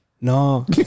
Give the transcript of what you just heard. No